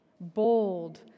bold